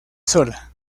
sola